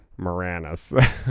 Moranis